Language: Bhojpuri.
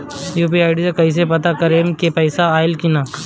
यू.पी.आई से कईसे पता करेम की पैसा आइल की ना?